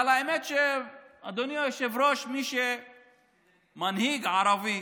אבל האמת, אדוני היושב-ראש, ממנהיג ערבי